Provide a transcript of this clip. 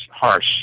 harsh